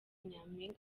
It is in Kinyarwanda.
nyaminga